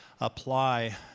apply